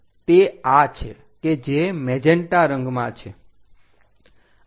તે આ છે કે જે મેજેંટા રંગમાં છે